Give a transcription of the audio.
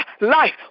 life